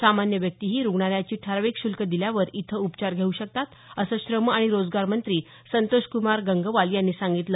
सामान्य व्यक्तीही रूग्णालयाची ठराविक शुल्क दिल्यावर इथं उपचार घेऊ शकतात असं श्रम आणि रोजगार मंत्री संतोषकुमार गंगवाल यांनी सांगितलं